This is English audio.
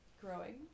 growing